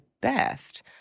best